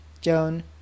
Joan